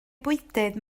bwydydd